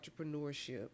entrepreneurship